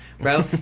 Bro